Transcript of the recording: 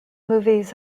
movies